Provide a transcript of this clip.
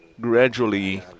gradually